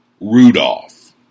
Rudolph